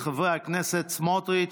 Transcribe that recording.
חברי הכנסת בצלאל סמוטריץ',